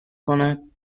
کند